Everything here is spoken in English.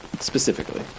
Specifically